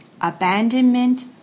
Abandonment